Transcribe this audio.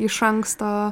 iš anksto